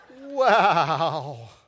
Wow